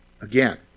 again